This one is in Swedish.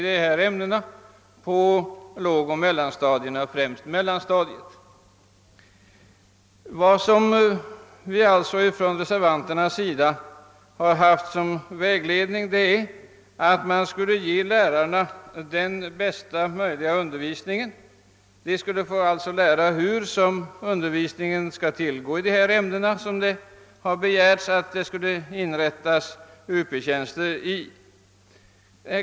Det gäller utbildning av lärare på lågoch mellanstadiet, främst mellanstadiet. Vi reservanter hävdar att man bör kunna ge lärarkandidaterna bästa möjliga undervisning. De bör alltså få lära sig hur undervisningen skall tillgå i de ämnen för vilka det begärts inrättande av Up-tjänster.